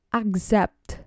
accept